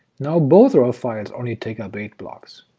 now both raw files only take up eight blocks.